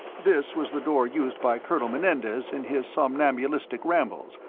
this was the door used by colonel menendez in his somnambulistic rambles,